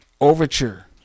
overture